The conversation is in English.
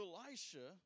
Elisha